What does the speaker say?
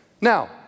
Now